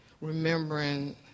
remembering